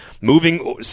moving